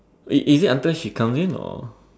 it is it until she comes in or